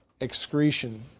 excretion